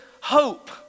hope